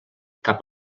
cap